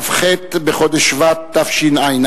כ"ח בחודש שבט התשע"א,